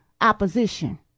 opposition